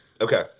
Okay